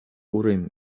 urim